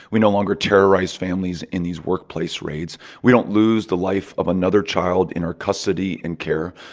we no longer terrorize families in these workplace raids, we don't lose the life of another child in our custody and care,